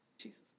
Jesus